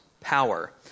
power